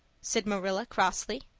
said marilla crossly.